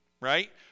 right